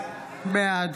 בעד